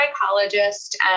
psychologist